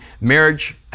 marriage